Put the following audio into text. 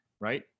Right